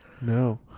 No